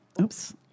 Oops